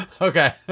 Okay